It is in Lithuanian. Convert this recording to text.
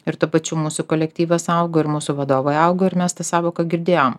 ir tuo pačiu mūsų kolektyvas augo ir mūsų vadovai augo ir mes tą sąvoką girdėjom